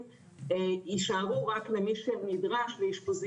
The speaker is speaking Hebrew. המצב רק ילך ויחמיר.